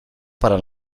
para